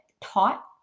taught